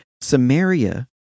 Samaria